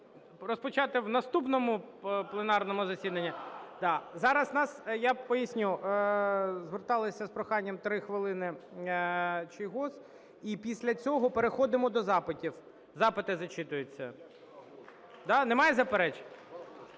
розпочати на наступному пленарному засіданні? Зараз я поясню. Звертались з прохання, 3 хвилини – Чийгоз. І після цього переходимо до запитів, запити зачитуються. Немає заперечень?